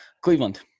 Cleveland